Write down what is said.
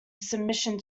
submission